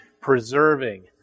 preserving